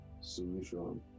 solution